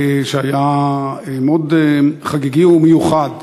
שהיה מאוד חגיגי ומיוחד.